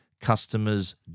customers